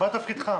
מה תפקידך?